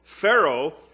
Pharaoh